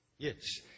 Yes